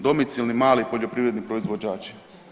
Domicilni, mali poljoprivredni proizvođači.